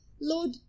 Lord